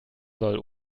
soll